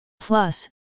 Plus